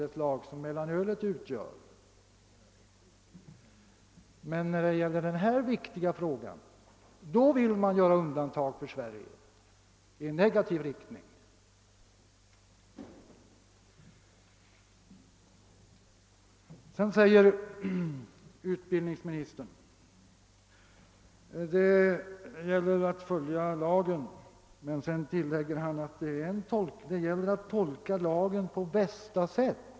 Men när det gäller denna fråga om Överföringar av berörda TV sändningar från utlandet vill man göra undantag för Sverige. Då behandlas inte vi svenskar på samma sätt som t.ex. norrmännen. Utbildningsministern framhåller här att man måste följa lagen. Sedan tilllägger han emellertid att det gäller att tolka lagen på bästa sätt.